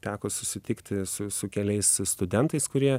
teko susitikti su su keliais studentais kurie